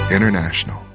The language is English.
International